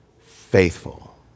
faithful